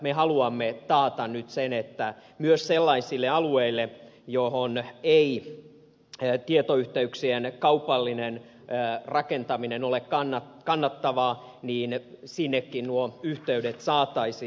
me haluamme taata nyt sen että myös sellaisille alueille minne ei tietoyhteyksien kaupallinen rakentaminen ole kannattavaa nuo yhteydet saataisiin